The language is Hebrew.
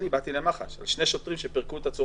ועוד איך פירק אותם,